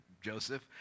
Joseph